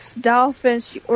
Dolphins